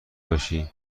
باشی